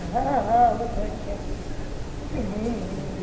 हँ हँ उठबैत छियै हूँ हूँ